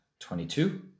22